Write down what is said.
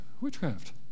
witchcraft